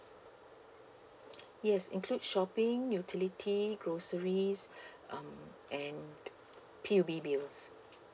yes include shopping utility groceries um and P_U_B bills